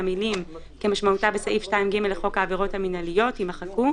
המילים "כמשמעותה בסעיף 2(ג) לחוק העבירות המינהליות" יימחקו,